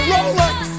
Rolex